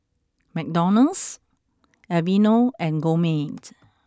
McDonald's Aveeno and Gourmet